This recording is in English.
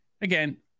again